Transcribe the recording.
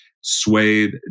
suede